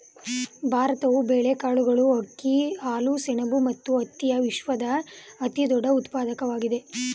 ಭಾರತವು ಬೇಳೆಕಾಳುಗಳು, ಅಕ್ಕಿ, ಹಾಲು, ಸೆಣಬು ಮತ್ತು ಹತ್ತಿಯ ವಿಶ್ವದ ಅತಿದೊಡ್ಡ ಉತ್ಪಾದಕವಾಗಿದೆ